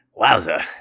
wowza